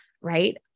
right